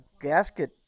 gasket